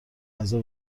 غذا